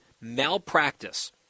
malpractice